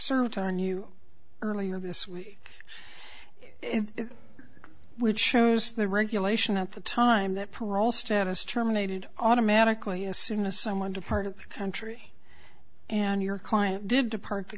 served on you earlier this week which shows the regulation at the time that parole status terminated automatically assume a someone to part of the country and your client did depart the